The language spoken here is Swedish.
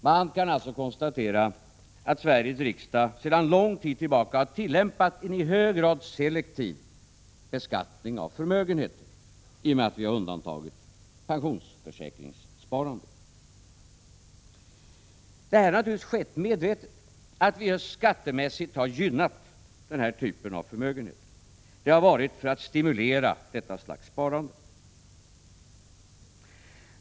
Man kan alltså konstatera att Sveriges riksdag sedan lång tid tillbaka har tillämpat en i hög grad selektiv beskattning av förmögenheter i och med att vi har undantagit pensionsförsäkringssparandet. Att vi skattemässigt har gynnat just den här typen av förmögenheter är naturligtvis något som skett medvetet. Vi har gjort det för att stimulera detta slags sparande.